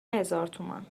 هزارتومان